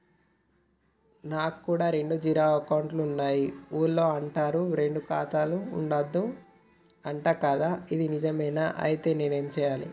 నా కాడా రెండు జీరో అకౌంట్లున్నాయి ఊళ్ళో అంటుర్రు రెండు ఖాతాలు ఉండద్దు అంట గదా ఇది నిజమేనా? ఐతే నేనేం చేయాలే?